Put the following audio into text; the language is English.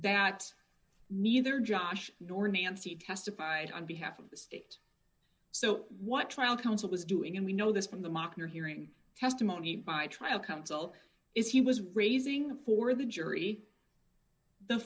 that neither josh nor nancy testified on behalf of the stay so what trial counsel was doing and we know this from the mark you're hearing testimony by trial counsel is he was raising for the jury the